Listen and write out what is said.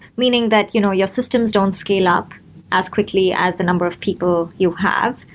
meaning that you know your systems don't scale up as quickly as the number of people you have.